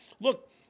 look